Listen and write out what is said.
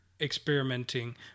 experimenting